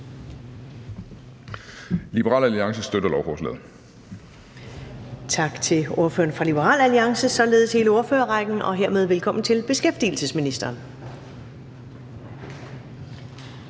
Liberal Alliance støtter lovforslaget.